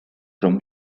from